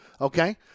okay